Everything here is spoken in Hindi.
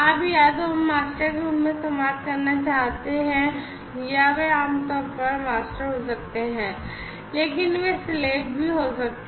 आप या तो मास्टर के रूप में संवाद करना जानते हैं या वे आमतौर पर मास्टर हो सकते हैं लेकिन वे slave भी हो सकते हैं